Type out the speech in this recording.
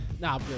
Nah